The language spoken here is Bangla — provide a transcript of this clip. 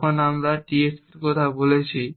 যখন আমরা TSP এর কথা বলছি